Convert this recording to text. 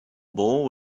bowl